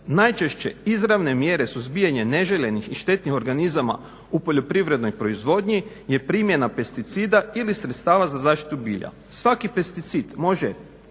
Najčešće izravne mjere suzbijanja neželjenih i štetnih organizama u poljoprivrednoj proizvodnji je primjena pesticida ili sredstava za zaštitu bilja. Svaki pesticid može